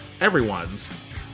everyone's